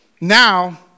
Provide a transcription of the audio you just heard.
now